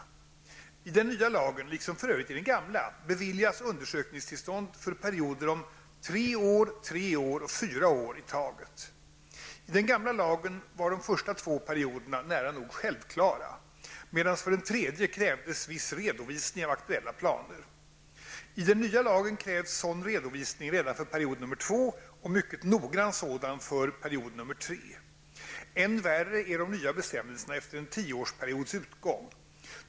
Enligt den nya lagen, liksom för övrigt i den gamla, beviljas undersökningstillstånd för perioder om två, tre och fyra år i taget. I den gamla lagen var de första två perioderna nära nog självklara, medan för den tredje krävdes viss redovisning av aktuella planer. I den nya lagen krävs sådan redovisning redan för period nr 2, och mycket noggrann sådan för nr 3. Än värre är de nya bestämmelserna efter en tioårsperiods utgång.